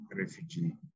refugee